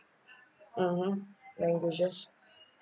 mmhmm languages